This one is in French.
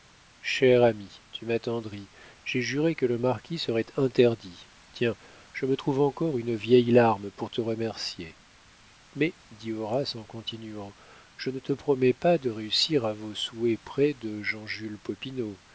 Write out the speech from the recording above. cher ami tu m'attendris j'ai juré que le marquis serait interdit tiens je me trouve encore une vieille larme pour te remercier mais dit horace en continuant je ne te promets pas de réussir à vos souhaits près de